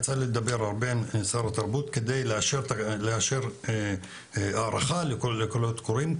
יצא לי לדבר הרבה עם משרד התרבות כדי לאשר הארכה לקולות קוראים,